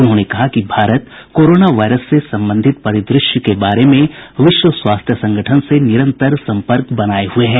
उन्होंने कहा कि भारत कोरोना वायरस से संबंधित परिद्रश्य के बारे में विश्व स्वास्थ्य संगठन से निरंतर सम्पर्क बनाए हुए है